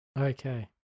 Okay